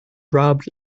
robbed